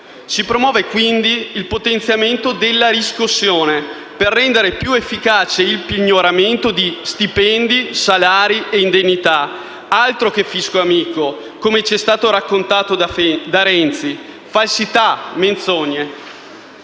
Si promuove, quindi, il potenziamento della riscossione per rendere più efficace il pignoramento di stipendi, salari e indennità. Altro che fisco amico, come ci è stato raccontato da Renzi: falsità, menzogne.